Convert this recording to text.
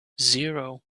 zero